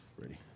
Ready